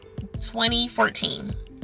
2014